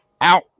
Out